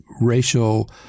racial